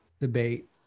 debate